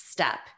Step